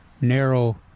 narrow